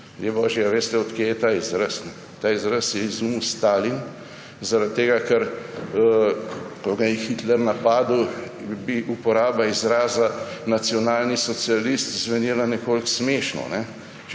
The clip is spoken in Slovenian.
božji, ali veste, od kod je ta izraz? Ta izraz je izumil Stalin, zaradi tega ker ko ga je Hitler napadel, bi uporaba izraza nacionalni socialist zvenela nekoliko smešno,